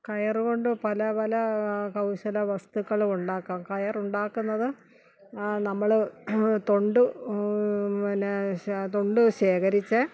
കയറുകൊണ്ട് പലപല കൗശല വസ്തുക്കളും ഉണ്ടാക്കാം കയറുണ്ടാക്കുന്നത് നമ്മള് തൊണ്ട് പിന്നെ ശ തൊണ്ട് ശേഖരിച്ച്